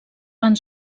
van